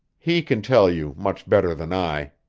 he can tell you much better than i.